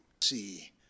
see